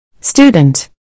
Student